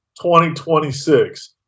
2026